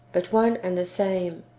but one and the same,